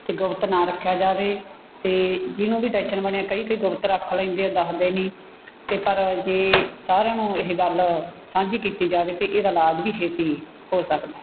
ਅਤੇ ਗੁਪਤ ਨਾ ਰੱਖਿਆ ਜਾਵੇ ਅਤੇ ਜਿਹਨੂੰ ਵੀ ਟੈਸ਼ਨ ਬਣੀ ਹੈ ਕਈ ਕਈ ਗੁਪਤ ਰੱਖ ਲੈਂਦੇ ਆ ਦੱਸਦੇ ਨਹੀਂ ਅਤੇ ਪਰ ਜੇ ਸਾਰਿਆਂ ਨੂੰ ਇਹ ਗੱਲ ਸਾਂਝੀ ਕੀਤੀ ਜਾਵੇ ਅਤੇ ਇਹਦਾ ਇਲਾਜ ਵੀ ਛੇਤੀ ਹੋ ਸਕਦਾ